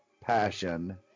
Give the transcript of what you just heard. passion